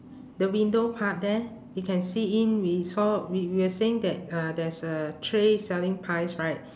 the window part there you can see in we saw we we were saying that uh there's a tray selling pies right